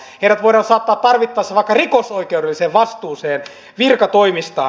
heidät voidaan saattaa tarvittaessa vaikka rikosoikeudelliseen vastuuseen virkatoimistaan